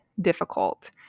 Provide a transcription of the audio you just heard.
difficult